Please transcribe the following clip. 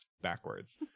backwards